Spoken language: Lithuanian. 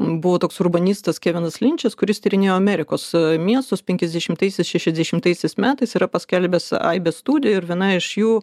buvo toks urbanistas kevinas linčas kuris tyrinėjo amerikos miestus penkiasdešimtaisiais šešiasdešimtaisiais metais yra paskelbęs aibės studijų ir viena iš jų